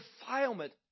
defilement